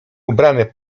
ubrany